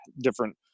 different